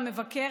המבקר,